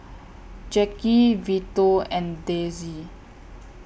Jacki Vito and Dezzie